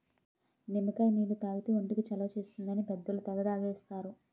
నిమ్మకాయ నీళ్లు తాగితే ఒంటికి చలవ చేస్తుందని పెద్దోళ్ళు తెగ తాగేస్తారు